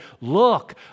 look